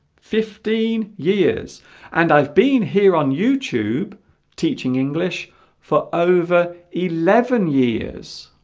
fifteen years and i've been here on youtube teaching english for over eleven years